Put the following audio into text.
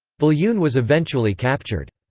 viljoen was eventually captured.